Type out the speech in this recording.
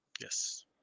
Yes